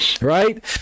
right